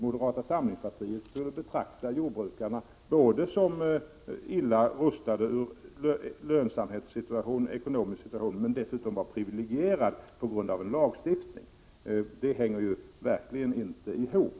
Moderata samlingspartiet skulle alltså betrakta jordbrukarna både som illa rustade lönsamhetsmässigt och ekonomiskt sett och som privilegierade till följd av en lagstiftning. Detta går verkligen inte ihop.